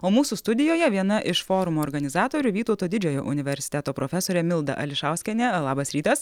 o mūsų studijoje viena iš forumo organizatorių vytauto didžiojo universiteto profesorė milda ališauskienė labas rytas